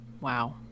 Wow